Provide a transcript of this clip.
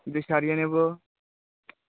যে সারিয়ে নেবো